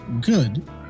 Good